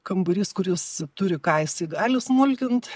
kambarys kur jis turi ką jisai gali smulkint